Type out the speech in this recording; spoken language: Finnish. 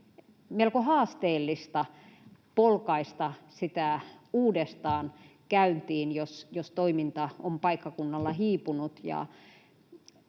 melko haasteellista polkaista sitä uudestaan käyntiin, jos toiminta on paikkakunnalla hiipunut.